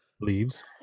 Leaves